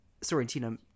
sorrentino